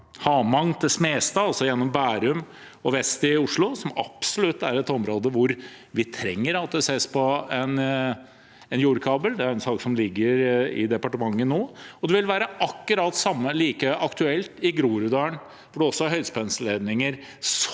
Hamang til Smestad, altså gjennom Bærum og vest i Oslo, som absolutt er et område hvor vi trenger at det ses på jordkabel. Det er en sak som ligger i departementet nå. Det vil være akkurat like aktuelt i Groruddalen, hvor det er høyspentledninger